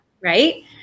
right